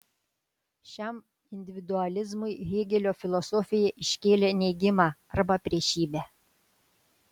šiam individualizmui hėgelio filosofija iškėlė neigimą arba priešybę